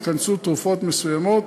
ייכנסו תרופות מסוימות